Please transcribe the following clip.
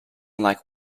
like